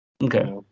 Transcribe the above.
Okay